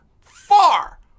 Far